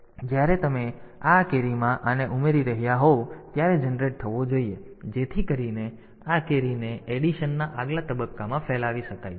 તેથી જ્યારે તમે આ કેરીમાં આને ઉમેરી રહ્યા હોવ ત્યારે જનરેટ થવો જોઈએ જેથી કરીને આ કેરીને એડિશનના આગલા તબક્કામાં ફેલાવી શકાય